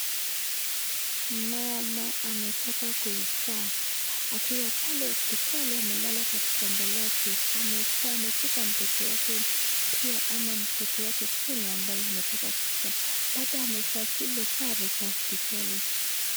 Mama anataka kuizaa gakiwa pale hospitali amelala Kwa kitanda lake amefaa anashika mtoto ama pia ama mafaa mkepe pale amefaa sare ya hospitali.